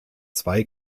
zwei